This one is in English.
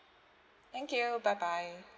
thank you bye bye